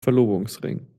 verlobungsring